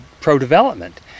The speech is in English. pro-development